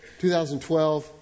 2012